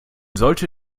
sollte